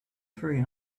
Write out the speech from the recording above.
three